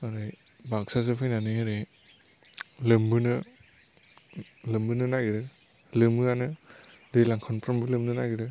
ओरै बाक्साजों फैनानै ओरै लोमबोनो लोमबोनो नागिरो लोमोआनो दैलां खनफ्रोमबो लोमनो नागिरो